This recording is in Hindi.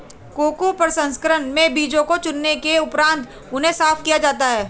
कोको प्रसंस्करण में बीजों को चुनने के उपरांत उन्हें साफ किया जाता है